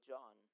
John